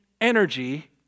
energy